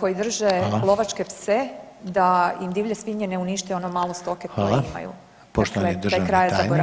koji drže lovačke pse da im divlje svinje ne unište ono malo stoke koje imaju [[Upadica Reiner: Hvala.]] Dakle, taj kraj je zaboravljen.